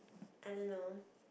I don't know